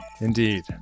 Indeed